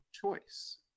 choice